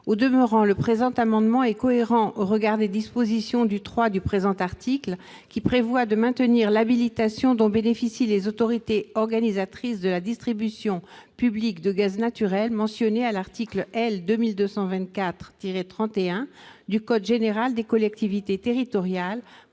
Au demeurant, le présent amendement est cohérent avec les dispositions du III du présent article, qui prévoient de maintenir l'habilitation dont bénéficient les autorités organisatrices de la distribution publique de gaz naturel mentionnées à l'article L. 2224-31 du code général des collectivités territoriales,